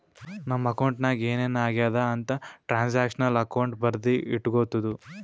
ನಮ್ ಅಕೌಂಟ್ ನಾಗ್ ಏನ್ ಏನ್ ಆಗ್ಯಾದ ಅಂತ್ ಟ್ರಾನ್ಸ್ಅಕ್ಷನಲ್ ಅಕೌಂಟ್ ಬರ್ದಿ ಇಟ್ಗೋತುದ